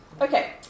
Okay